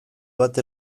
bat